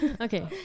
Okay